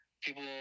people